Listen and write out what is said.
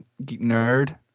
nerd